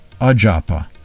ajapa